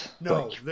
No